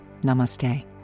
Namaste